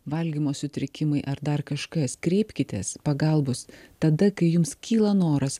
valgymo sutrikimai ar dar kažkas kreipkitės pagalbos tada kai jums kyla noras